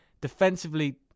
Defensively